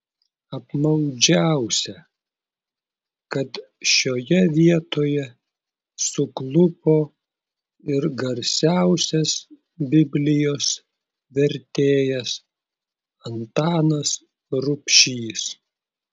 apmaudžiausia kad šioje vietoje suklupo ir garsiausias biblijos vertėjas antanas rubšys